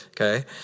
okay